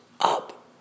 up